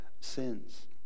sins